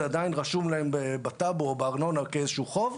זה עדיין רשום להם בטאבו או בארנונה כאיזשהו חוב.